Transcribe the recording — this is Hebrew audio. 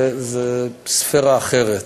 זו ספירה אחרת,